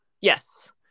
yes